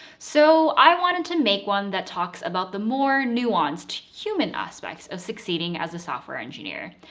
so i wanted to make one that talks about the more nuanced, human aspects of succeeding as a software engineer.